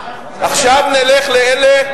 אבל איך הוא טוב למעמד הביניים?